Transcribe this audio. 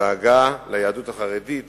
הדאגה ליהדות החרדית